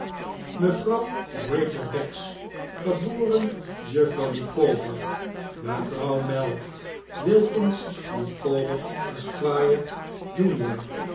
mevrouw ridger begs geboren juffrouw micawber mevrouw mell wilkins micawber esquire junior